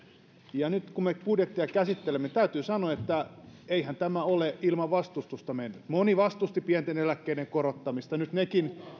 ja nyt kun me budjettia käsittelemme täytyy sanoa että eihän tämä ole ilman vastustusta mennyt moni vastusti pienten eläkkeiden korottamista nyt nekin